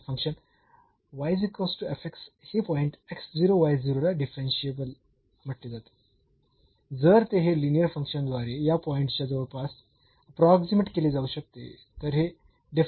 तर फंक्शन हे पॉईंट ला डिफरन्शियेबल म्हटले जाते जर ते हे लिनीअर फंक्शन द्वारे या पॉईंटच्या जवळपास अप्रोक्सीमेट केले जाऊ शकते